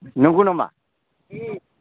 नंगौ नामा